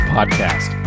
Podcast